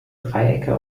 dreiecke